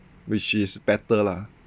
which is better lah